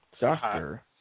doctor